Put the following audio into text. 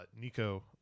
Nico